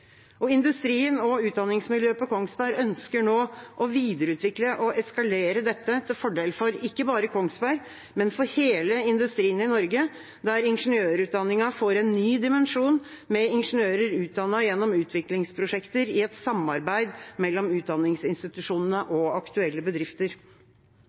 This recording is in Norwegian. Industrien og utdanningsmiljøet på Kongsberg ønsker nå å videreutvikle og eskalere dette til fordel for ikke bare Kongsberg, men for hele industrien i Norge, der ingeniørutdanningen får en ny dimensjon, med ingeniører utdannet gjennom utviklingsprosjekter i et samarbeid mellom utdanningsinstitusjonene